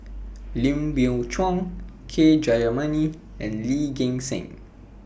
Lim Biow Chuan K Jayamani and Lee Gek Seng